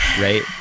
right